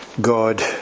God